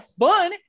fun